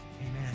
amen